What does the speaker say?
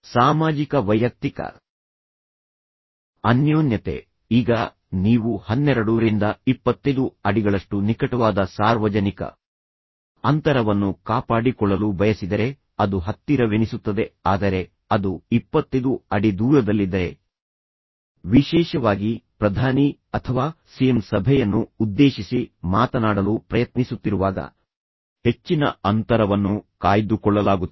ಸಾಮಾಜಿಕ ವೈಯಕ್ತಿಕ ಅನ್ಯೋನ್ಯತೆ ಈಗ ನೀವು 12 ರಿಂದ 25 ಅಡಿಗಳಷ್ಟು ನಿಕಟವಾದ ಸಾರ್ವಜನಿಕ ಅಂತರವನ್ನು ಕಾಪಾಡಿಕೊಳ್ಳಲು ಬಯಸಿದರೆ ಅದು ಹತ್ತಿರವೆನಿಸುತ್ತದೆ ಆದರೆ ಅದು 25 ಅಡಿ ದೂರದಲ್ಲಿದ್ದರೆ ವಿಶೇಷವಾಗಿ ಪ್ರಧಾನಿ ಅಥವಾ ಸಿಎಂ ಸಭೆಯನ್ನು ಉದ್ದೇಶಿಸಿ ಮಾತನಾಡಲು ಪ್ರಯತ್ನಿಸುತ್ತಿರುವಾಗ ಹೆಚ್ಚಿನ ಅಂತರವನ್ನು ಕಾಯ್ದುಕೊಳ್ಳಲಾಗುತ್ತದೆ